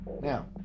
Now